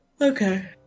Okay